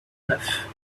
neuf